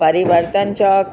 परिवर्तन चौक